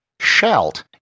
shalt